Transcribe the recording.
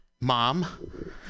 Mom